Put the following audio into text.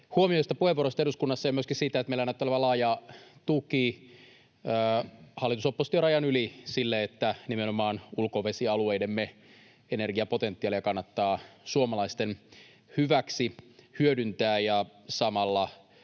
huomioista, puheenvuoroista eduskunnassa ja myöskin siitä, että meillä näyttää olevan laaja tuki hallitus—oppositio-rajan yli sille, että nimenomaan ulkovesialueidemme energiapotentiaalia kannattaa suomalaisten hyväksi hyödyntää ja samalla